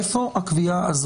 איפה הקביעה?